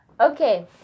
okay